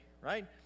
right